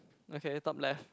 okay top left